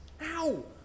Ow